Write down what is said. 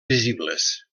visibles